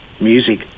Music